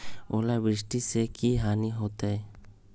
ओलावृष्टि से की की हानि होतै?